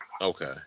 Okay